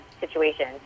situation